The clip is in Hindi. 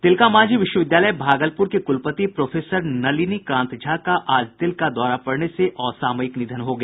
तिलकामांझी विश्वविद्यालय भागलपुर के कुलपति प्रोफेसर नलिनी कांत झा का आज दिल का दौरा पड़ने से असामयिक निधन हो गया